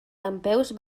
dempeus